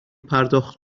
پرداخت